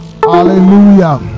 Hallelujah